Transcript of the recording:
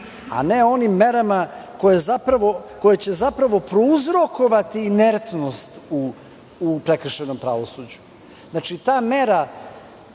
a ne onim merama koje će zapravo prouzrokovati inertnost u prekršajnom pravosuđu. Znači, ta mera